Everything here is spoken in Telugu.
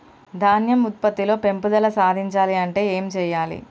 ధాన్యం ఉత్పత్తి లో పెంపుదల సాధించాలి అంటే ఏం చెయ్యాలి?